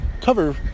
cover